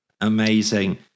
Amazing